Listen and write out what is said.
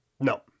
No